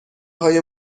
های